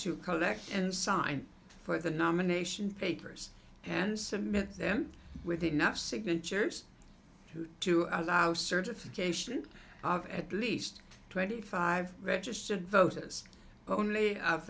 to collect and sign for the nomination papers and submit them with enough signatures to allow certification of at least twenty five registered voters only